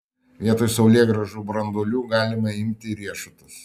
vietoj saulėgrąžų branduolių galima imti riešutus